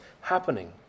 happening